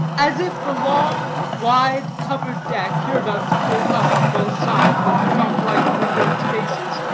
as if the long, wide, covered deck, hereabouts built up on both sides with shop-like windowed spaces,